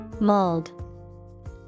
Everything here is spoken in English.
Mold